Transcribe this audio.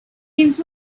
games